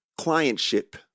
clientship